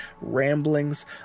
ramblings